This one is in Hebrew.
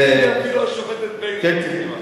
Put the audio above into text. אתי אפילו השופטת בייניש מסכימה.